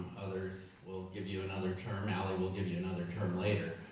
others will give you another term, ali will give you another term later.